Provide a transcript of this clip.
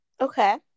Okay